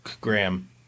Graham